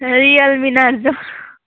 Realme Narzo